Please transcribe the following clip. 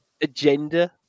agenda